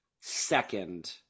second